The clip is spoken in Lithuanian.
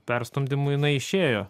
perstumdymų jinai išėjo